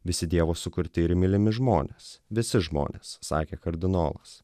visi dievo sukurti ir mylimi žmonės visi žmonės sakė kardinolas